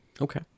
Okay